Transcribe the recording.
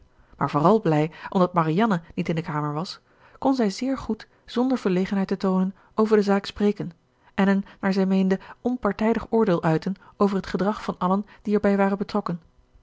maar vooral blij omdat marianne niet in de kamer was kon zij zeer goed zonder verlegenheid te toonen over de zaak spreken en een naar zij meende onpartijdig oordeel uiten over het gedrag van allen die erbij waren betrokken